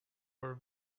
were